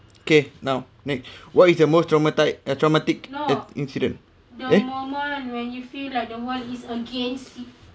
okay now next what is the most traumat~ uh traumatic incident